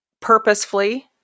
purposefully